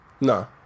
No